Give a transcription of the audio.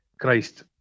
Christ